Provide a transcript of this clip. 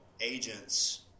agents